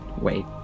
wait